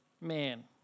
man